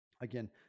again